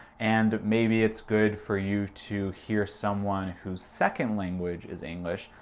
and maybe it's good for you to hear someone whose second language is english.